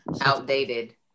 Outdated